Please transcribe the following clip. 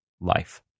life